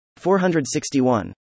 461